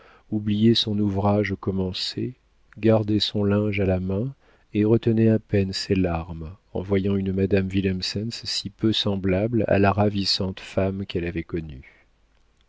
oubliait son ouvrage commencé gardait son linge à la main et retenait à peine ses larmes en voyant une madame willemsens si peu semblable à la ravissante femme qu'elle avait connue